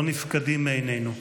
לא נפקדים מעינינו.